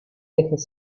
dejes